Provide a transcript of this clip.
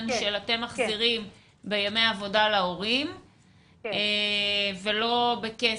שאתם מחזירים בימי עבודה להורים ולא בכסף,